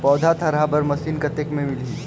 पौधा थरहा बर मशीन कतेक मे मिलही?